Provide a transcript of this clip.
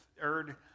third